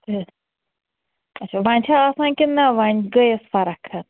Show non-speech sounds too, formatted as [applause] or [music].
[unintelligible] اچھا وۄنۍ چھا آسان کِنہٕ نہ وۄنۍ گٔیَس فَرقن